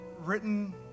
written